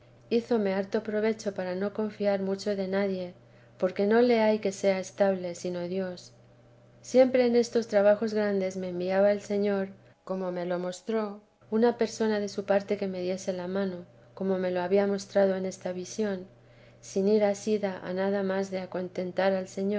visión hízome harto provecho para no confiar mucho de nadie porque no le hay que sea estable sino dios siempre en estos trabajos grandes me enviaba el señor como me lo mostró una persona de su parte que me diese la mano como me lo había mostrado en esta visión sin ir asida a nada más de contentar al